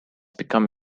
become